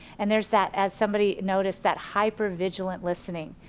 and there's that, as somebody noticed that hyper vigilant listening.